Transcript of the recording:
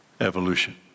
Evolution